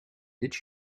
did